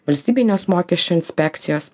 valstybinės mokesčių inspekcijos